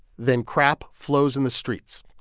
then crap flows in the streets.